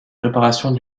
préparation